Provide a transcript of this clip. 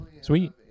Sweet